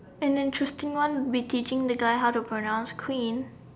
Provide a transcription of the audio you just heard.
and interesting one would be teaching the guy how to pronounce queen